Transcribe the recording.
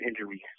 injuries